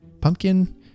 Pumpkin